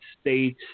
State